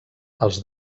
els